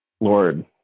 Lord